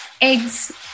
eggs